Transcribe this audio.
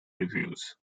reviews